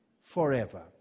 forever